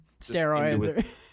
steroids